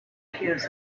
hears